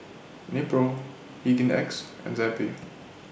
Nepro Hygin X and Zappy